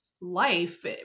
life